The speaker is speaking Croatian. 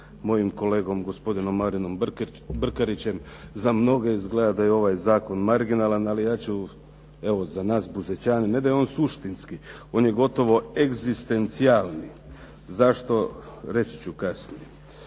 mojim kolegom, gospodinom Marinom Brkarićem. Za mnoge izgleda da je ovaj zakon marginalan ali ja ću evo za nas …/Govornik se ne razumije./…, ne da je on suštinski, on je gotovo egzistencijalni, zašto, reći ću kasnije.